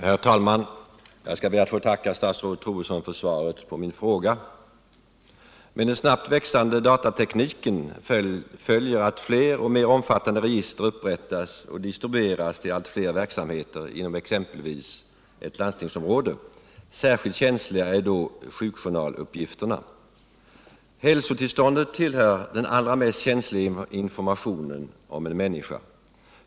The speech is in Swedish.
Herr talman! Jag skall be att få tacka statsrådet Troedsson för svaret på min fråga. Med den snabbt växande datatekniken följer att fler och mer omfattande register upprättas och distribueras till allt fler verksamheter inom exempelvis ett landstingsområde. Särskilt känsliga är sjukjournalsuppgifterna. Uppgifter om hälsotillståndet tillhör den allra mest känsliga informationen om en människa.